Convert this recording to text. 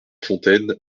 fontaine